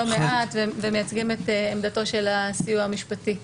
מעט ומייצגים את עמדתו של הסיוע המשפטי.